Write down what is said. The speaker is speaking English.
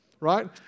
Right